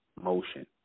motion